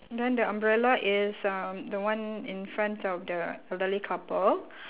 then the umbrella is um the one in front of the elderly couple